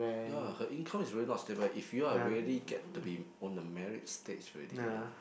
ya her income is really not stable if you are really get to be on the married stage already ah